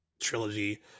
trilogy